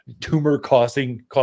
tumor-causing